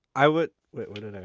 i would, wait, what did and